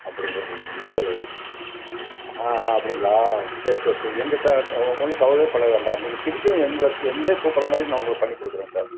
அப்படிங்களா இல்லை இல்லை இல்லை ஆஹா அப்படிங்களா சரி சரி சரி எங்கள் டிரா ஒ ஒன்றும் கவலையேப்பட வேண்டாம் நீங்கள் திருப்பியும் எங்களை எங்களையே கூப்பிட்ற மாதிரி நான் உங்களுக்கு பண்ணிக்கொடுக்குறேன் சார்